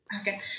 okay